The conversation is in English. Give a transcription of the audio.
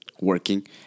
working